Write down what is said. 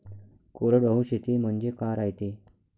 कोरडवाहू शेती म्हनजे का रायते?